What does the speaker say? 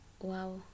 wow